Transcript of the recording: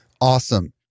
Awesome